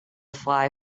fly